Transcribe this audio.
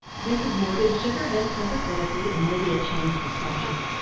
mrs. morgan shook her head sympathetically and lydia changed the subject.